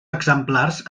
exemplars